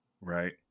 right